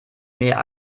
mehr